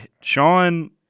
Sean